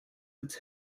its